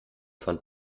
von